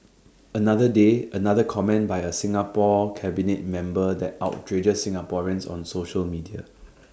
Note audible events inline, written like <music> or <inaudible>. <noise> another day another comment by A Singapore cabinet member that <noise> outrages Singaporeans on social media